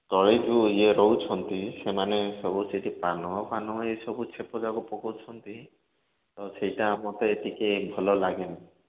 ତଳେ ଯେଉଁ ଇଏ ରହୁଛନ୍ତି ସେମାନେ ସବୁ ସେଇଠି ପାନ ଫାନ ଏସବୁ ଛେପ ଯାକ ପକାଉଛନ୍ତି ତ ସେଇଟା ଟିକେ ମୋତେ ଭଲ ଲାଗେନି